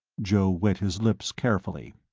joe wet his lips carefully.